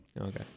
Okay